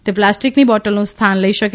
તે પ્લાસ્ટીકની બોટલનું સ્થાન લઇ શકે